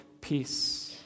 Peace